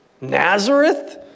Nazareth